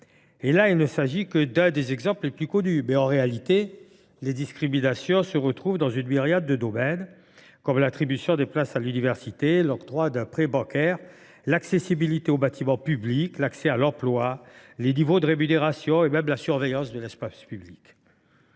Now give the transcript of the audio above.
s’agit il là que de l’un des exemples les plus connus : en réalité, les discriminations se retrouvent dans une myriade de domaines, comme l’attribution des places à l’université, l’octroi d’un prêt bancaire, l’accès aux bâtiments publics, l’accès à l’emploi, le niveau de rémunération et même la surveillance de l’espace public.